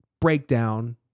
breakdown